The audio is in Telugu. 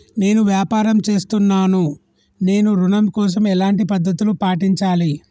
నేను వ్యాపారం చేస్తున్నాను నేను ఋణం కోసం ఎలాంటి పద్దతులు పాటించాలి?